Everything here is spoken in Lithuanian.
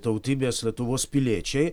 tautybės lietuvos piliečiai